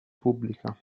pubblica